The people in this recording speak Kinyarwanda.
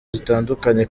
zitandukanye